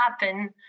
happen